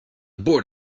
board